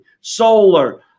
solar